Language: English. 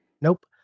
nope